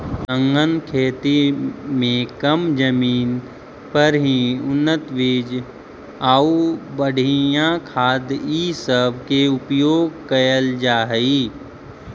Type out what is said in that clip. सघन खेती में कम जमीन पर ही उन्नत बीज आउ बढ़ियाँ खाद ई सब के उपयोग कयल जा हई